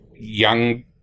young